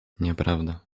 nieprawda